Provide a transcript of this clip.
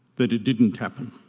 that it didn't happen.